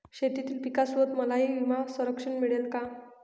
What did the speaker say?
शेतीतील पिकासोबत मलाही विमा संरक्षण मिळेल का?